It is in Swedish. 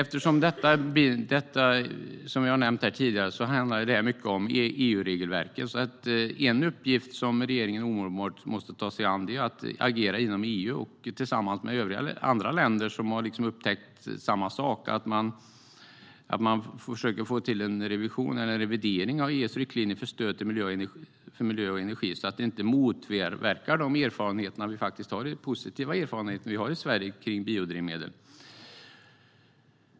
Som jag har nämnt här tidigare handlar detta mycket om EU-regelverket. En uppgift som regeringen därför omedelbart måste ta sig an är att agera inom EU och tillsammans med andra länder som har upptäckt samma sak försöka få till en revidering av EU:s riktlinjer för stöd till miljö och energi, så att de inte motverkar de positiva erfarenheter som vi har i Sverige av biodrivmedel.